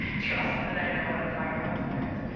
trust that i know what i'm talking about, that's hilarious.